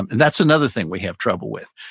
that's another thing we have trouble with.